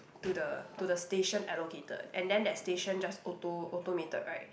to the to the station allocated and then that station just auto automated right